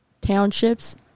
Townships